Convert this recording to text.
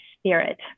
spirit